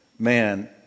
Man